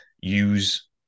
use